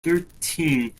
thirteenth